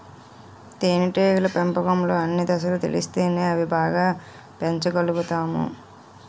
తేనేటీగల పెంపకంలో అన్ని దశలు తెలిస్తేనే అవి బాగా పెంచగలుతాము